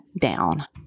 down